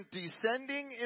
descending